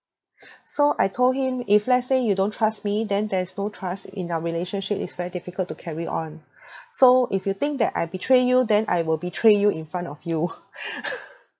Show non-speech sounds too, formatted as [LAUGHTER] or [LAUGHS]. so I told him if let's say you don't trust me then there's no trust in our relationship it's very difficult to carry on so if you think that I betray you then I will betray you in front of you [LAUGHS]